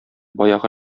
баягы